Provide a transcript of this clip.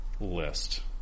list